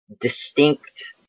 distinct